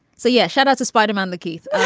so yeah shut out to spite him and the keith.